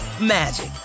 magic